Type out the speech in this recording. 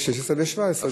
זה 16 ו-17.